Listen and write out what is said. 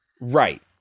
Right